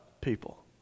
people